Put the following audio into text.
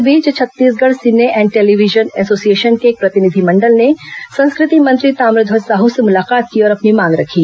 इस बीच Chhattisgarh cine and television association के एक प्रतिनिधिमंडल ने संस्कृति मंत्री ताम्रध्वज साहू से मुलाकात की और अपनी मांग रखी